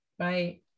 right